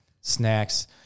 snacks